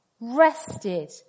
rested